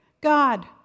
God